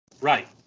Right